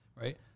right